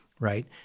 Right